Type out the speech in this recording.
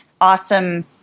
awesome